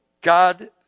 God